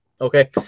Okay